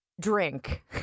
drink